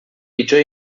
pitjor